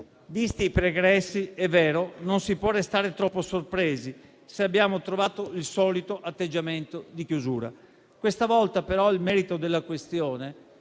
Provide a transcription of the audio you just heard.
Visti i pregressi, è vero che non si può restare troppo sorpresi se abbiamo trovato il solito atteggiamento di chiusura. Questa volta però il merito della questione